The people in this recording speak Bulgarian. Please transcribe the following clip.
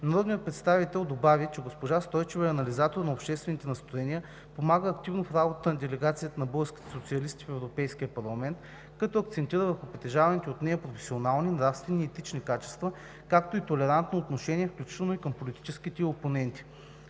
Народният представител добави, че госпожа Стойчева е анализатор на обществените настроения, помага активно в работата на делегацията на българските социалисти в Европейския парламент, като акцентира върху притежаваните от нея професионални, нравствени и етични качества, както и толерантно отношение, включително и към политическите ѝ опоненти.